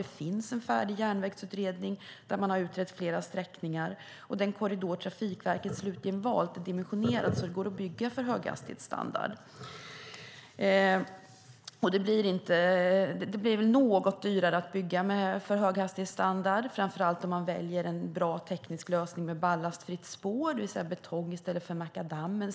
Det finns en färdig järnvägsutredning där man har utrett flera sträckningar, och den korridor Trafikverket slutligen valt och dimensionerat för går att bygga för höghastighetsstandard. Det blir väl något dyrare att bygga för höghastighetsstandard, framför allt om man väljer en bra teknisk lösning med ballastfritt spår, det vill säga betong i stället för makadam.